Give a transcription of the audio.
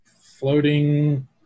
floating